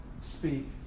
speak